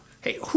Hey